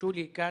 לחשו לי כאן,